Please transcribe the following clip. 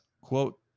quote